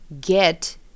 get